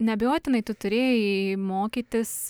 neabejotinai tu turėjai mokytis